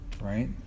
right